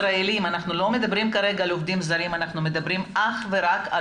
ואנחנו לא מדברים כרגע על עובדים זרים אלא אך ורק על